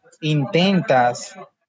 intentas